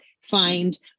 find